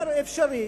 זה אפשרי,